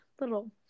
little